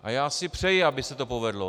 A já si přeji, aby se to povedlo.